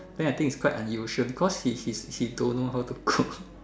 then I think its quite unusual because he he he don't know how to cook